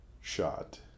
shot